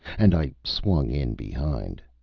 and i swung in behind.